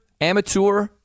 amateur